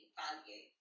value